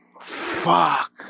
Fuck